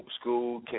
school